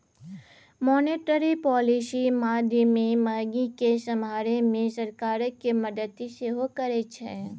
monetary policy माध्यमे महगी केँ समहारै मे सरकारक मदति सेहो करै छै